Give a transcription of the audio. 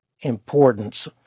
importance